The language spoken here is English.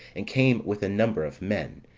and came with a number of men,